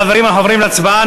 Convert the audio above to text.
חברים, אנחנו עוברים להצבעה.